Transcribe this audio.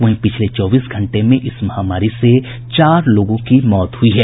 वहीं पिछले चौबीस घंटे में इस महामारी से चार लोगों की मौत हुई है